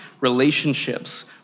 relationships